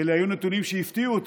אלו היו נתונים שהפתיעו אותי.